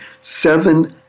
seven